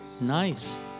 Nice